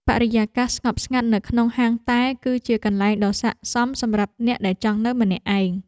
បរិយាកាសស្ងប់ស្ងាត់នៅក្នុងហាងតែ គឺជាកន្លែងដ៏ស័ក្តិសមសម្រាប់អ្នកដែលចង់នៅម្នាក់ឯង។